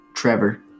Trevor